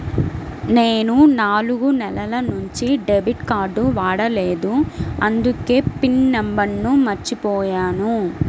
నేను నాలుగు నెలల నుంచి డెబిట్ కార్డ్ వాడలేదు అందుకే పిన్ నంబర్ను మర్చిపోయాను